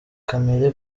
kamere